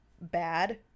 bad